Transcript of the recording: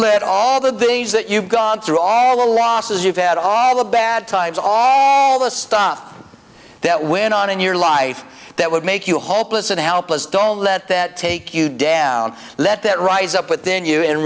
let all the things that you've gone through all the losses you've had all the bad times all the stuff that went on in your life that would make you hopeless and helpless don't let that take you down let that rise up but then you in